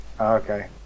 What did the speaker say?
Okay